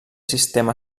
sistema